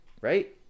Right